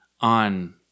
on